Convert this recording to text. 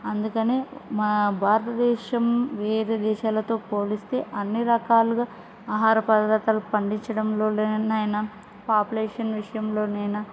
అందుకని మన భారతదేశం వేరే దేశాలతో పోలిస్తే అన్ని రకాలుగా ఆహార పదార్థాలు పండించడంలో అయిన పాపులేషన్ విషయంలో అయిన